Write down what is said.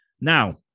now